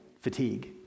fatigue